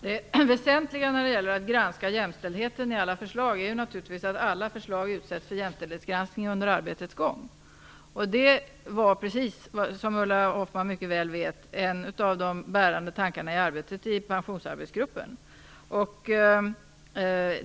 Herr talman! Det väsentliga när det gäller att granska jämställdheten i alla förslag är naturligtvis att alla förslag utsätts för jämställdhetsgranskning under arbetets gång. Det var, precis som Ulla Hoffmann mycket väl vet, en av de bärande tankarna i arbetet i Pensionsarbetsgruppen.